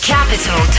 Capital